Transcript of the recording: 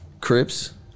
Crips